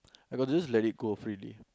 I got to just let it go freely